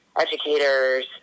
educators